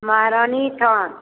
महारानी स्थान